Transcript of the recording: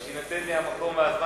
אבל כשיינתן לי המקום והזמן,